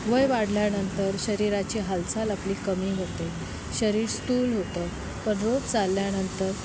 वय वाढल्यानंतर शरीराची हालचाल आपली कमी होते शरीर स्थूल होतं पण रोज चालल्यानंतर